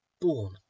born